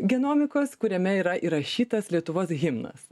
genomikos kuriame yra įrašytas lietuvos himnas